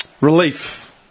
relief